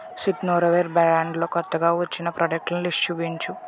Signoraware brand లో కొత్తగా వచ్చిన ప్రాడక్టుల లిస్టు చూపించు